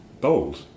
Bold